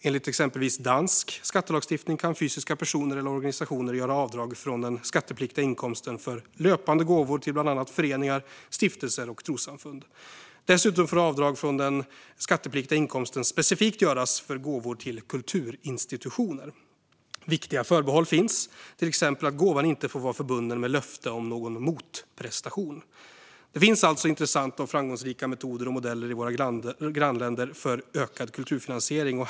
Enligt exempelvis dansk skattelagstiftning kan fysiska personer eller organisationer göra avdrag från den skattepliktiga inkomsten för löpande gåvor till bland annat föreningar, stiftelser och trossamfund. Dessutom får avdrag från den skattepliktiga inkomsten göras specifikt för gåvor till kulturinstitutioner. Viktiga förbehåll finns dock, till exempel att gåvan inte får vara förbunden med löfte om någon motprestation. Det finns alltså intressanta och framgångsrika metoder och modeller i våra grannländer för ökad kulturfinansiering.